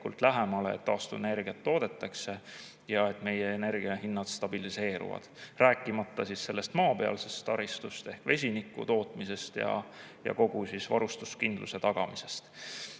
eesmärke, et taastuvenergiat toodetakse ja et meie energiahinnad stabiliseeruvad, rääkimata maapealsest taristust ehk vesinikutootmisest ja varustuskindluse tagamisest.